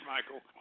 Michael